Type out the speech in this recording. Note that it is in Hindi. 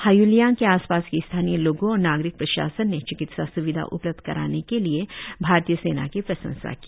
हाय्लियांग के आसपास के स्थानीय लोगों और नागरिक प्रशासन ने चिकित्सा सुविधा उपलब्ध कराने के लिए भारतीय सेना की प्रशांसा की